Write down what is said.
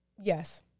Yes